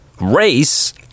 Race